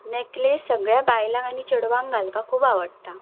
necklace सगळ्या बायलांक आनी चेडवांक घालपाक खूब आवडटा